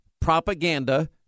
propaganda